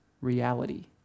reality